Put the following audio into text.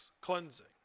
cleansing